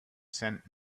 sent